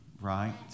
right